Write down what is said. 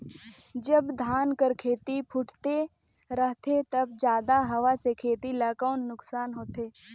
जब धान कर खेती फुटथे रहथे तब जादा हवा से खेती ला कौन नुकसान होथे?